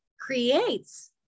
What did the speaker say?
creates